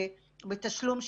בתשלום,